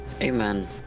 Amen